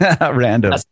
Random